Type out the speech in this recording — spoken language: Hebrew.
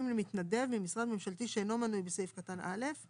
למתנדב ממשרד ממשלתי שאינו מנוי בסעיף קטן (א);